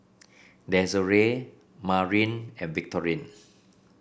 Desirae Marin and Victorine